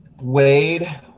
Wade